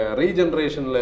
regeneration